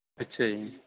ਅੱਛਾ ਜੀ